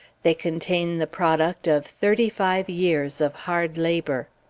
they contain the product of thirty-five years of hard labour.